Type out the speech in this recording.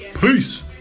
Peace